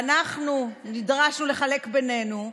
ואנחנו נדרשנו לחלק בינינו,